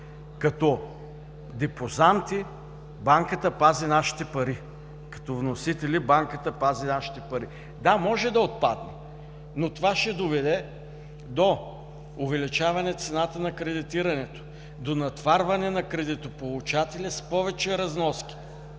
като депозанти банката пази нашите пари. Като вносители банката пази нашите пари. Да, може да отпадне, но това ще доведе до увеличаване цената на кредитирането, до натоварване на кредитополучателя с повече разноски.